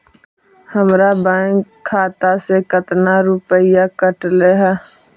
हमरा बैंक खाता से कतना रूपैया कटले है?